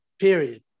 Period